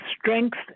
strength